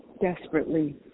desperately